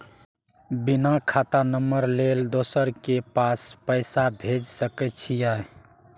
बिना खाता नंबर लेल दोसर के पास पैसा भेज सके छीए?